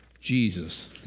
Jesus